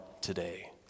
today